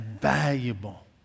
valuable